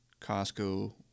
Costco